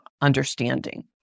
understanding